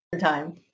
time